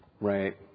Right